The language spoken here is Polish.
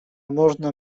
można